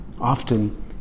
often